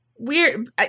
Weird